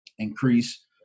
increase